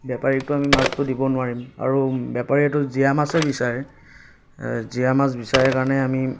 বেপাৰীকতো আমি মাছটো দিব নোৱাৰিম আৰু বেপাৰীয়েতো জীয়া মাছেই বিচাৰে জীয়া মাছ বিচাৰে কাৰণে আমি